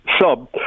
sub